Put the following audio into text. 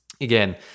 again